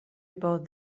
about